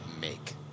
make